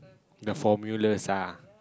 the formulas ah